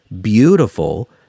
beautiful